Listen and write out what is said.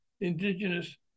indigenous